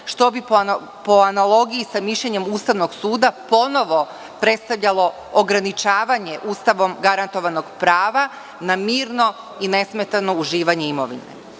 što bi po analogiji sa mišljenjem Ustavnog suda ponovo predstavljalo ograničavanje Ustavom garantovanog prava na mirno i nesmetano uživanje imovine.Međutim,